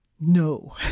No